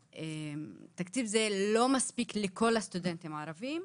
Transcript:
התקציב הזה לא מספיק לכל הסטודנטים הערבים,